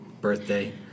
birthday